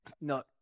no